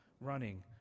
running